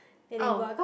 oh